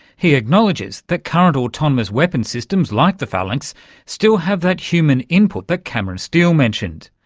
he acknowledges that current autonomous weapons systems like the phalanx still have that human input that cameron steil mentioned.